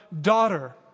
daughter